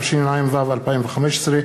התשע"ו 2015,